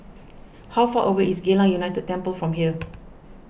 how far away is Geylang United Temple from here